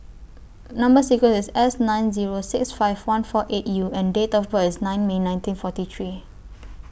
Number sequence IS S nine Zero six five one four eight U and Date of birth IS nine May nineteen forty three